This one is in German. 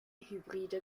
hybride